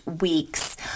week's